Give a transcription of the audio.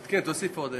בנוסף,